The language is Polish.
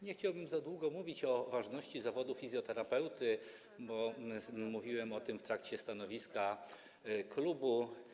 Nie chciałbym za długo mówić o ważności zawodu fizjoterapeuty, bo mówiłem o tym w trakcie wygłaszania stanowiska klubu.